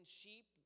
sheep